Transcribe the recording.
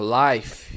life